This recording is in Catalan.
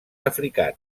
africans